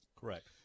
Correct